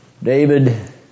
David